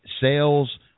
sales